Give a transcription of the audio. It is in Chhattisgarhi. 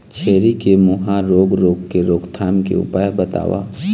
छेरी के मुहा रोग रोग के रोकथाम के उपाय बताव?